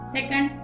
Second